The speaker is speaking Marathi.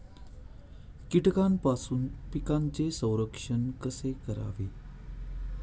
कीटकांपासून पिकांचे संरक्षण कसे करावे?